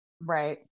Right